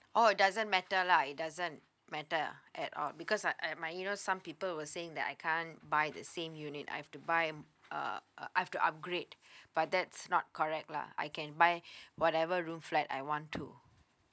oh it doesn't matter lah it doesn't matter ah at all because I uh you know some people were saying that I can't buy the same unit I've to buy uh uh I've to upgrade but that's not correct lah I can buy whatever room flat I want to